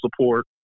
support